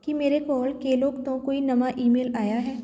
ਕੀ ਮੇਰੇ ਕੋਲ ਕੇਲੋਗ ਤੋਂ ਕੋਈ ਨਵਾਂ ਈਮੇਲ ਆਇਆ ਹੈ